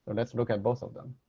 let's look at both of them.